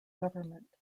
government